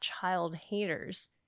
child-haters